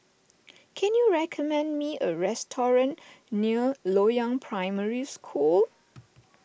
can you recommend me a restaurant near Loyang Primary School